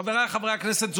חבריי חברי הכנסת,